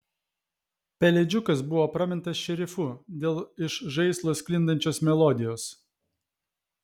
pelėdžiukas buvo pramintas šerifu dėl iš žaislo sklindančios melodijos